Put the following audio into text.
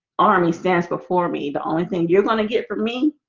army stands before me the only thing you're gonna get from me